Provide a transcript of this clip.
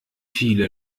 viele